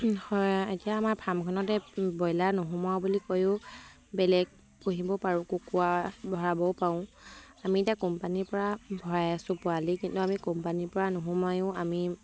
এতিয়া আমাৰ ফাৰ্মখনতে ব্ৰইলাৰ নোসোমোৱাও বুলি কয়ও বেলেগ পুহিবও পাৰোঁ কুকুৰা ভৰাবও পাৰোঁ আমি এতিয়া কোম্পানীৰপৰা ভৰাই আছো পোৱালি কিন্তু আমি কোম্পানীৰপৰা নোসোমায়ও আমি